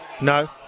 No